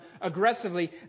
aggressively